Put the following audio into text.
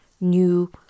new